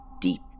deep